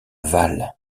vale